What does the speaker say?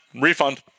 refund